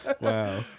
Wow